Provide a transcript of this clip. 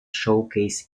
showcase